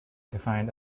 defined